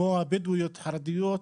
הבדואיות, חרדיות,